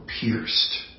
pierced